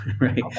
right